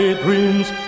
dreams